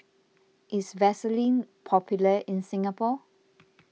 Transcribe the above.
is Vaselin popular in Singapore